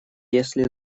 если